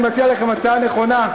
אני מציע לכם הצעה נכונה,